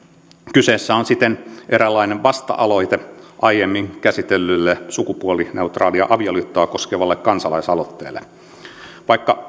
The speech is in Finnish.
kyseessä on siten eräänlainen vasta aloite aiemmin käsitellylle sukupuolineutraalia avioliittoa koskevalle kansalaisaloitteelle vaikka